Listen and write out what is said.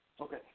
Okay